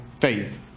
faith